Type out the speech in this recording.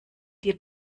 dir